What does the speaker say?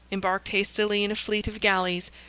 embarked hastily in a fleet of galleys,